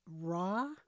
raw